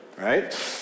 right